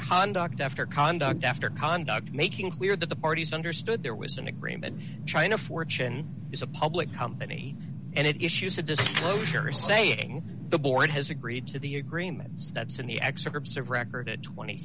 conduct after conduct after conduct making clear that the parties understood there was an agreement china fortune is a public company and it issues a disclosure saying the board has agreed to the agreements that's in the excerpts of record twenty